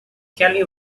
kelly